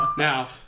Now